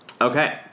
Okay